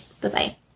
Bye-bye